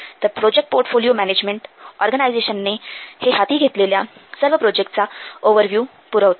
तर project portfolio management ऑर्गनायझेशनने हे हाती घेतलेल्या सर्व प्रोजेक्टचा ओव्हर्व्ह्यू पुरवते